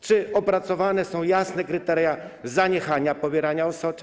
Czy opracowane są jasne kryteria zaniechania pobierania osocza?